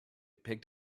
picked